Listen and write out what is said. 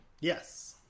Yes